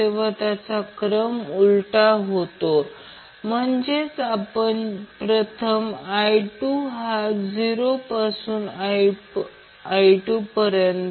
तर आपल्याला काही मूल्य मिळेल की कारण हे पॉझिटिव्ह असणे आवश्यक आहे किंवा हे निगेटिव असणे आवश्यक आहे जसे की RL 2 L C 0 आणि RC 2 L C 0 दोन्ही निगेटिव असल्यास ते पॉझिटिव्ह असेल